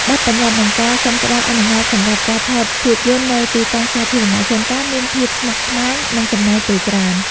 បទប្បញ្ញត្តិ និងការសុំច្បាប់អនុញ្ញាតសម្រាប់ការថតភាពយន្តនៅទីតាំងសាធារណៈ ជួនកាលមានភាពស្មុគស្មាញ និងចំណាយពេលច្រើន។